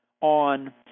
on